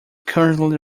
currently